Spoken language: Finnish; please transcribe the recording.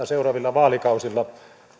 seuraavilla vaalikausilla